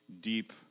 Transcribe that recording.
deep